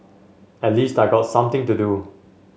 at least I got something to do